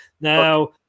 Now